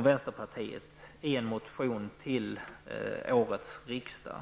vänsterpartiet tagit upp i en motion till detta riksmöte.